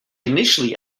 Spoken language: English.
initially